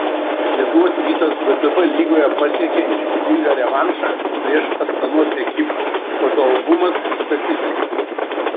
lietuvos rytas vtb lygoje pasiekė įspūdingą revanšą prieš astanos ekipą fotoalbumas statistika